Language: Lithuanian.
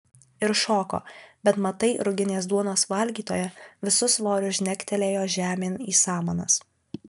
ir šoko bet matai ruginės duonos valgytoja visu svoriu žnegtelėjo žemėn į samanas